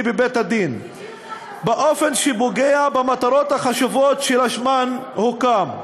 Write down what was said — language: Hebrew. בבית-הדין באופן שפוגע במטרות החשובות שלשמן הוקם.